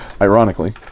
Ironically